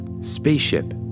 spaceship